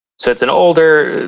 so, it's an older.